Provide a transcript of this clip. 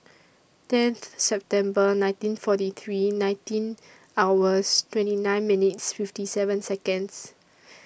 tenth September nineteen forty three nineteen hours twenty nine minutes fifty seven Seconds